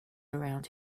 around